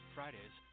Fridays